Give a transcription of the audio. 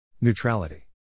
Neutrality